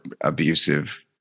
abusive